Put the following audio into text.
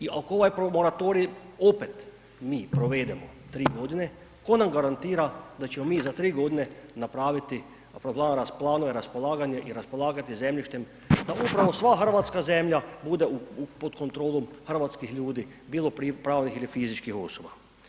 I ako ovaj moratorij opet mi provedemo 3.g. ko nam garantira da ćemo mi za 3.g. napraviti … [[Govornik se ne razumije]] planove raspolaganja i raspolagati zemljištem da upravo sva hrvatska zemlja bude pod kontrolom hrvatskih ljudi, bilo pravnih ili fizičkih osoba?